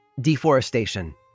Deforestation